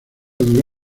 dura